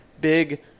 big